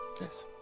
Yes